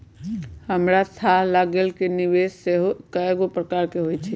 हमरा थाह लागल कि निवेश सेहो कएगो प्रकार के होइ छइ